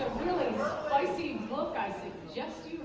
spicy book i suggest